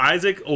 Isaac